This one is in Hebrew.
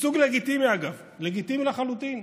ייצוג לגיטימי, אגב, לגיטימי לחלוטין,